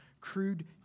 crude